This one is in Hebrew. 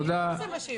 תודה.